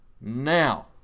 now